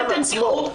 בוודאי אדוני יודע,